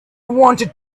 wanted